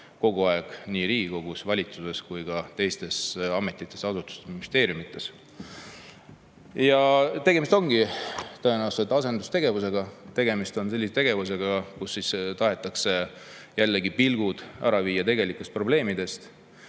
kogu aeg nii Riigikogus, valitsuses kui ka teistes ametites, asutustes, ministeeriumites. Tegemist ongi tõenäoliselt asendustegevusega, tegemist on sellise tegevusega, mille abil tahetakse pilgud kõrvale viia tegelikelt probleemidelt.